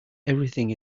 everything